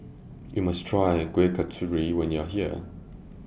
YOU must Try Kuih Kasturi when YOU Are here